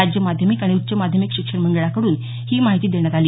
राज्य माध्यमिक आणि उच्च माध्यमिक शिक्षण मंडळाकडून ही माहिती देण्यात आली